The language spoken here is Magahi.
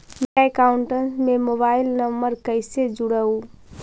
मेरा अकाउंटस में मोबाईल नम्बर कैसे जुड़उ?